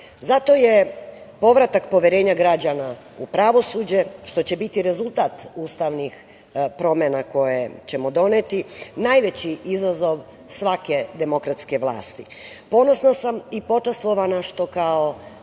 Zato je povratak poverenja građana u pravosuđe, što će biti rezultat ustavnih promena koje ćemo doneti, najveći izazov svake demokratske vlasti. Ponosna sam i počastvovana što kao